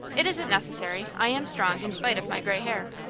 it isn't necessary. i am strong, in spite of my gray hair.